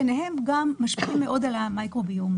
ביניהם גם משפיעים מאוד על המיקרו-ביום,